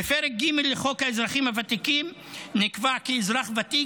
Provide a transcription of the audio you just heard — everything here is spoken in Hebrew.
בפרק ג' לחוק האזרחים הוותיקים נקבע כי אזרח ותיק